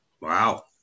Wow